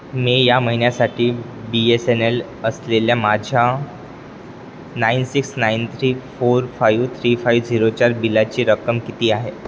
मे या महिन्यासाठी B S N L असलेल्या माझ्या nine six nine three four five three five झिरोच्या बिलाची रक्कम किती आहे